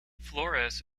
flores